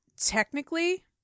Technically